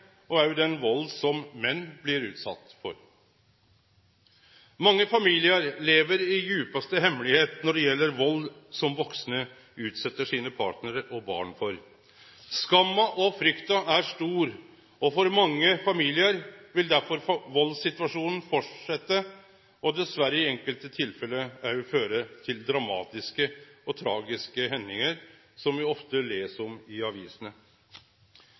og også den vald som menn blir utsette for. Mange familiar lever i djupaste hemmelegheit når det gjeld vald som vaksne utset sine partnarar og barn for. Skamma og frykta er stor, og for mange familiar vil derfor valdssituasjonen fortsetje og dessverre i enkelte tilfelle også føre til dramatiske og tragiske hendingar som me ofte les om i